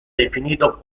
definito